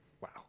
wow